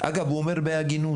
אגב הוא אומר בהגינות,